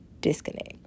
disconnect